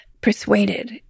persuaded